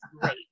great